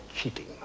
cheating